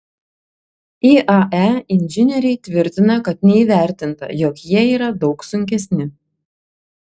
iae inžinieriai tvirtina kad neįvertinta jog jie yra daug sunkesni